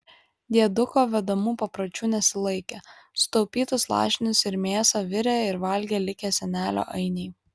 dieduko vedamų papročių nesilaikė sutaupytus lašinius ir mėsą virė ir valgė likę senelio ainiai